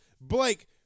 Blake